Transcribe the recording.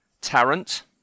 Tarrant